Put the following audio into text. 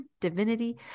divinity